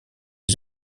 les